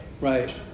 Right